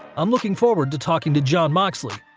i'm looking forward to talking to jon moxley.